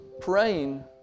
praying